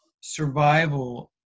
survival